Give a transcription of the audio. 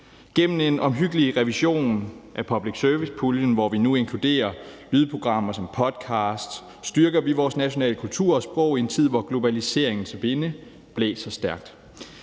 Gennem en omhyggelig revision af public service-puljen, hvor vi nu inkluderer lydprogrammer som podcast, styrker vi vores nationale kultur og sprog i en tid, hvor globaliseringens vinde blæser stærkt.